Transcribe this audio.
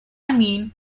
mean